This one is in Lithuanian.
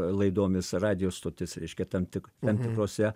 laidomis radijo stotis reiškia tam tik tam tikrose